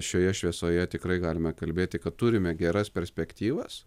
šioje šviesoje tikrai galime kalbėti kad turime geras perspektyvas